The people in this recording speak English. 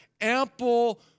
ample